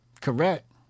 Correct